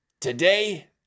Today